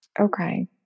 Okay